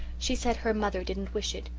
she said her mother didn't wish it.